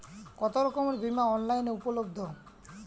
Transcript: কতোরকমের বিমা অনলাইনে উপলব্ধ?